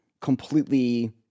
completely